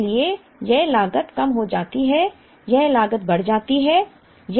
इसलिए यह लागत कम हो जाती है यह लागत बढ़ जाती है